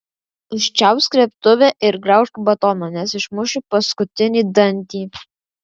užčiaupk srėbtuvę ir graužk batoną nes išmušiu paskutinį dantį